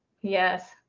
Yes